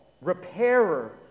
repairer